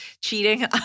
cheating